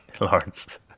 Lawrence